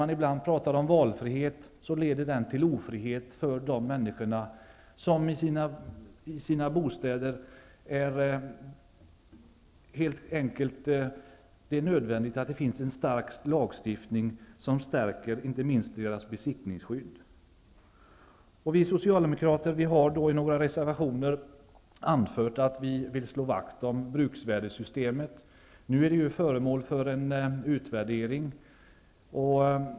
Man talar ibland om valfrihet, men det leder till ofrihet för de människor för vilkas boende det är helt nödvändigt att det finns en stark lagstiftning som stärker inte minst deras besittningsskydd. Vi socialdemokrater har i några reservationer anfört att vi vill slå vakt om bruksvärdessystemet. Nu är det föremål för en utvärdering.